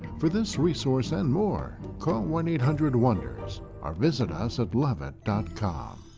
for this resource and more call one eight hundred wonders or visit us at levitt dot com